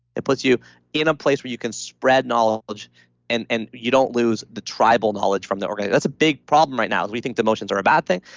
it puts you in a place where you can spread knowledge and and you don't lose the tribal knowledge from the that's a big problem right now because we think demotions are a bad thing.